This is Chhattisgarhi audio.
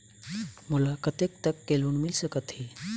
मोला कतेक तक के लोन मिल सकत हे?